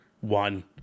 one